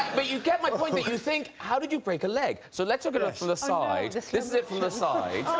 but you get my point you think how did you break a leg? so let's look at her to the side. just list it from the side